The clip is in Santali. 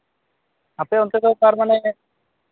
ᱟᱯᱮ ᱚᱱᱛᱮ ᱫᱚ ᱛᱟᱨ ᱢᱟᱱᱮ